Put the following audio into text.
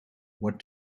what